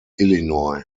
illinois